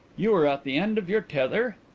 you were at the end of your tether?